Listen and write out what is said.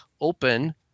open